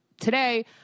today